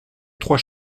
trois